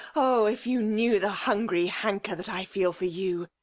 oh, if you knew the hungry hanker that i feel for you!